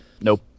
Nope